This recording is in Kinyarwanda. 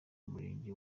murenge